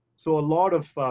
so a lot of